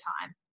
time